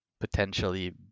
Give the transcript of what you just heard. potentially